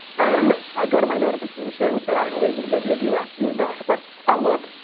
and i go to my notifications, and i don't know what you're gonna get here d-rock, do your best but i'll look,